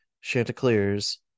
Chanticleers